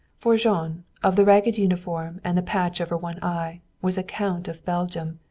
for jean, of the ragged uniform and the patch over one eye, was a count of belgium,